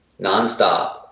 nonstop